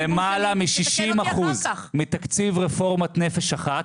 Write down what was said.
למעלה מ-60% מתקציב רפורמת נפש אחת